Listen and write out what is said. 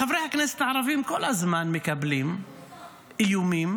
חברי הכנסת מקבלים כל הזמן איומים